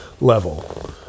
level